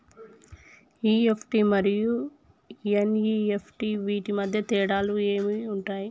EFT మరియు NEFT వీటి మధ్య తేడాలు ఏమి ఉంటాయి?